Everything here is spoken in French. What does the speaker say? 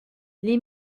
les